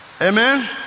Amen